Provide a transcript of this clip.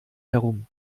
herum